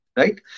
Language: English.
right